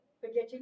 forgetting